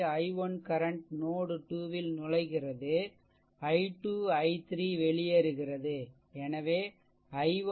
i1 current நோட்2 ல் நுழைகிறது i3 i4 வெளியேறுகிறது